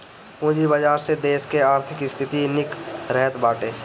पूंजी बाजार से देस कअ आर्थिक स्थिति निक रहत बाटे